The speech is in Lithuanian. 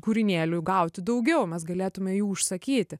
kūrinėlių gauti daugiau mes galėtume jų užsakyti